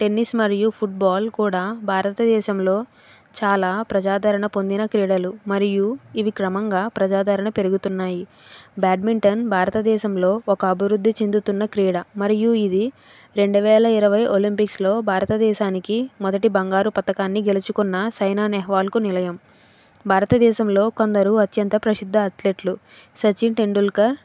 tennis మరియు football కూడా భారతదేశంలో చాలా ప్రజాధరణ పొందిన క్రీడలు మరియు ఇవి క్రమంగా ప్రజాధరణ పెరుగుతున్నాయి బ్యాడ్మింటన్ భారతదేశంలో ఒక అభివృద్ధి చెందుతున్న క్రీడ మరియు ఇది రెండువేల ఇరవై ఒలింపిక్స్లో భారతదేశానికి మొదటి బంగారు పతాకాన్ని గెలుచుకున్నసైనా నెహ్వాల్కు నిలయం భారతదేశంలో కొందరు అత్యంత ప్రసిద్ధ అథ్లెట్లు సచిన్ టెండూల్కర్